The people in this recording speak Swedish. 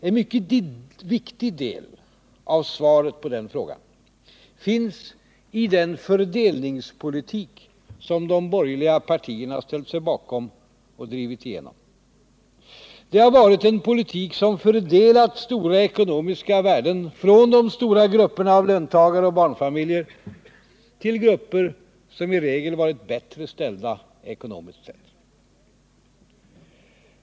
En mycket viktig del av svaret på den frågan finns i den fördelningspolitik som de borgerliga partierna ställt sig bakom och drivit igenom. Det har varit en politik som fördelat stora ekonomiska värden från de stora grupperna av löntagare och barnfamiljer till grupper som i regel varit bättre ställda ekonomiskt sett.